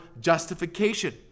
justification